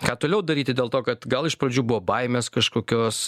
ką toliau daryti dėl to kad gal iš pradžių buvo baimės kažkokios